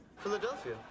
Philadelphia